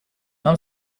нам